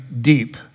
deep